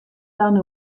dan